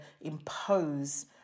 impose